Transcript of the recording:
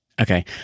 Okay